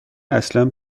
اصلا